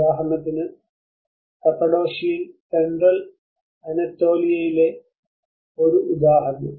ഉദാഹരണത്തിന് കപ്പഡോഷ്യയിൽ സെൻട്രൽ അനറ്റോലിയയിലെ ഒരു ഉദാഹരണം